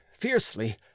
Fiercely